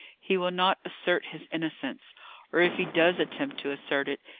he will not assert his innocence or, if he does attempt to assert it,